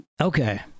Okay